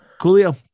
coolio